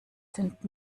sind